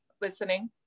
listening